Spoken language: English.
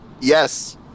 Yes